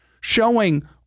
showing